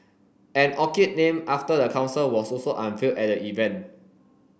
an orchid named after the council was also unveiled at the event